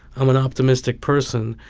i'm an optimistic person,